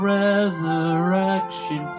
resurrection